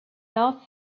north